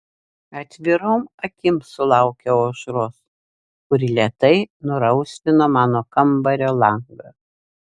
atvirom akim sulaukiau aušros kuri lėtai nurausvino mano kambario langą